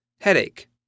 Headache